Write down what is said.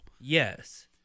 yes